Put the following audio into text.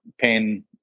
pen